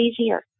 easier